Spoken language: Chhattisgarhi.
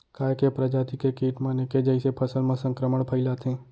का ऐके प्रजाति के किट मन ऐके जइसे फसल म संक्रमण फइलाथें?